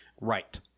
Right